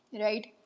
right